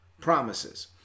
promises